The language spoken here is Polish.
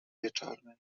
wieczornej